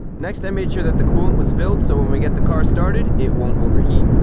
next i made sure that the coolant was filled so when we get the car started, it won't overheat.